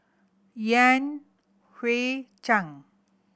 Yan Hui Chang